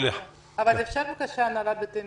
אפשר בבקשה להעלות את